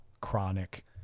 chronic